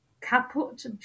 Caput